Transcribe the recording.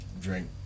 drink